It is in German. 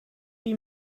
wie